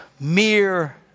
mere